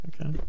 okay